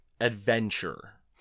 adventure